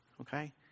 okay